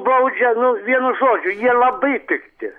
baudžia nu vienu žodžiu jie labai pikti